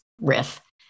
riff